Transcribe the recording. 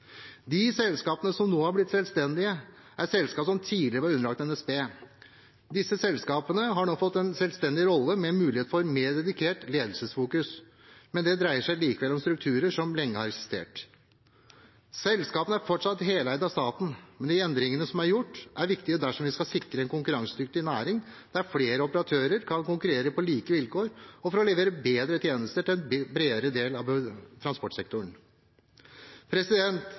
De selskapene som nå har blitt selvstendige, er selskap som tidligere var underlagt NSB. Disse selskapene har nå fått en selvstendig rolle med mulighet for mer dedikert ledelsesfokus, men det dreier seg likevel om strukturer som har eksistert lenge. Selskapene er fortsatt heleid av staten, men de endringene som er gjort, er viktige dersom vi skal sikre en konkurransedyktig næring der flere operatører kan konkurrere på like vilkår og levere bedre tjenester til en bredere del av transportsektoren.